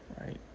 Right